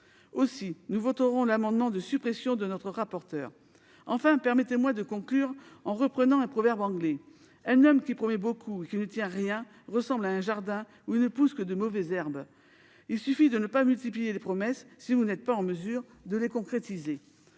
Aussi, nous voterons l'amendement de suppression proposé par Mme la rapporteure. Permettez-moi de conclure par un proverbe anglais :« un homme qui promet beaucoup et qui ne tient rien ressemble à un jardin où il ne pousse que de mauvaises herbes. » Il suffit de ne pas multiplier les promesses, si vous n'êtes pas en mesure de les concrétiser.